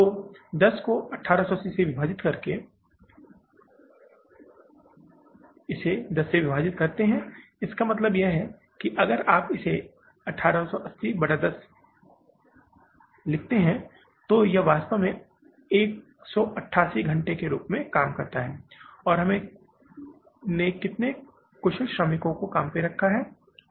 तो 10 को 1880 से विभाजित करके 10 से विभाजित किया गया है इसका मतलब है कि अगर आप इसे 1880 बटा 10 से विभाजित करते हैं तो यह वास्तव में यह 188 घंटे के रूप में काम करता है और हमने कितने कुशल श्रमिकों को काम पर रखा है